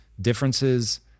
differences